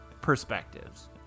perspectives